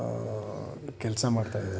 ಕೆಲಸ ಮಾಡ್ತಾ ಇದ್ದಾರೆ